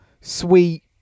sweet